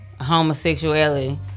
Homosexuality